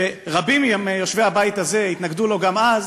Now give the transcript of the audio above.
שרבים מיושבי הבית הזה התנגדו אז גם לו,